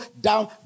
down